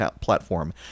platform